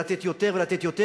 ולתת יותר,